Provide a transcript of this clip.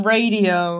Radio